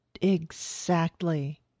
exactly